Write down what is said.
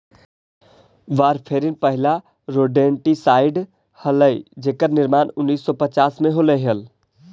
warfarin पहिला rodenticide हलाई जेकर निर्माण उन्नीस सौ पच्चास में होले हलाई